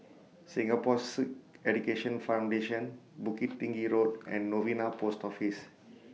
Singapore Sikh Education Foundation Bukit Tinggi Road and Novena Post Office